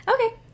okay